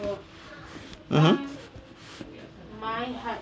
mmhmm